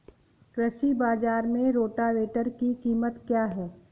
कृषि बाजार में रोटावेटर की कीमत क्या है?